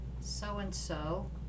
so-and-so